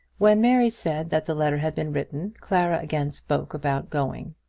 when mary said that the letter had been written, clara again spoke about going.